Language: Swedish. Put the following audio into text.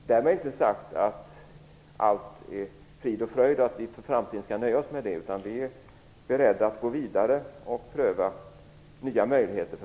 Därmed inte sagt att allt är frid och fröjd och att vi för framtiden skall nöja oss med det. Vi är beredda att gå vidare och pröva nya möjligheter.